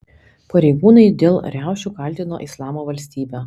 pareigūnai dėl riaušių kaltino islamo valstybę